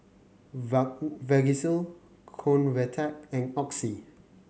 Vagisil Convatec and Oxy